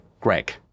greg